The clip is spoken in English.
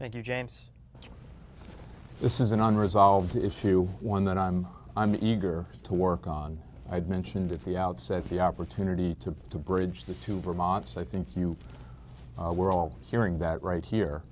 thank you james this is an unresolved issue one that on i'm eager to work on i've mentioned at the outset the opportunity to bridge the two vermont's i think you we're all hearing that right here